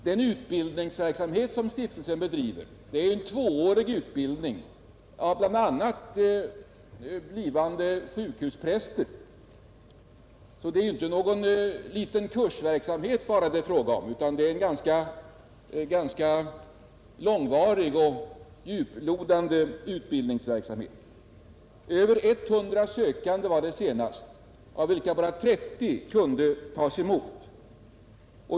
Den utbildningsverksamhet som stiftelsen bedriver består i en tvåårig utbildning av bl.a. blivande sjukhuspräster. Det är alltså inte bara någon liten kursverksamhet det är frågan om, utan det är en ganska långvarig och djuplodande utbildningsverksamhet. Över 100 sökande var det senast, av vilka bara 30 kunde tas emot.